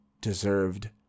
deserved